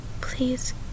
Please